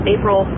April